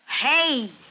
Hey